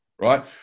right